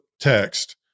text